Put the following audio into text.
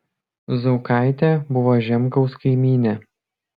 zaukaitė buvo žemkaus kaimynė